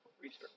research